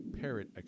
Parrot